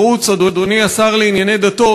ערוץ, אדוני השר לשירותי דת,